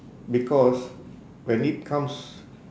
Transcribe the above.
because when it comes